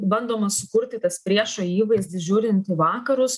bandoma sukurti tas priešo įvaizdis žiūrint į vakarus